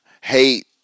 hate